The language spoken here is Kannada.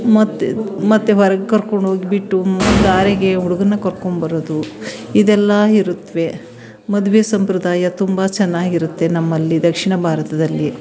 ಮತ್ತೆ ಮತ್ತೆ ಹೊರಗೆ ಕರ್ಕೊಂಡು ಹೋಗಿಬಿಟ್ಟು ಧಾರೆಗೆ ಹುಡುಗನನ್ನ ಕರ್ಕೊಂಡು ಬರೋದು ಇದೆಲ್ಲ ಇರುತ್ತವೆ ಮದುವೆ ಸಂಪ್ರದಾಯ ತುಂಬ ಚೆನ್ನಾಗಿರುತ್ತೆ ನಮ್ಮಲ್ಲಿ ದಕ್ಷಿಣ ಭಾರತದಲ್ಲಿ